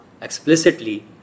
explicitly